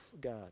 God